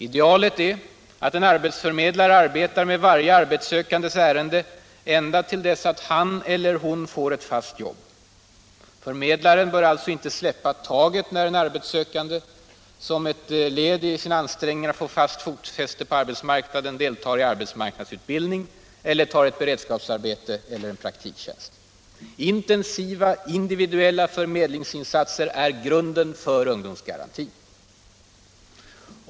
Idealet är att en arbetsförmedlare arbetar med varje arbetssökandes ärende ända till dess han eller hon får ett fast jobb. Förmedlaren bör alltså inte släppa taget när en arbetssökande, som ett led i sina ansträngningar att få stadigt fotfäste på arbetsmarknaden, deltar i arbetsmarknadsutbildning, tar ett beredskapsarbete eller en praktiktjänst. Intensiva individuella förmedlingsinsatser är alltså grunden för ungdomsgarantin.